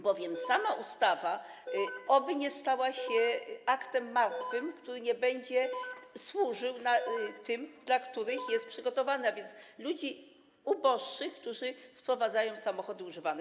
Oby bowiem sama ustawa nie stała się aktem martwym, który nie będzie służył tym, dla których jest przygotowany, a więc ludziom uboższym, którzy sprowadzają samochody używane.